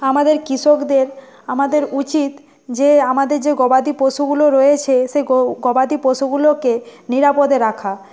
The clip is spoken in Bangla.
আমাদের কৃষকদের আমাদের উচিত যে আমাদের যে গবাদি পশুগুলো রয়েছে সেই গবাদি পশুগুলোকে নিরাপদে রাখা